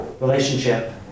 relationship